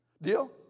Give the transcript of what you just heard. Deal